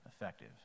effective